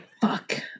fuck